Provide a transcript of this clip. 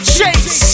Chase